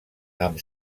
amb